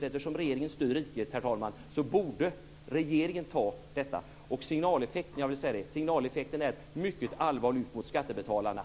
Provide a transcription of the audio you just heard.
Eftersom regeringen styr riket borde den rimligtvis ta detta ansvar, herr talman. Signaleffekten mot skattebetalarna är nu mycket allvarlig.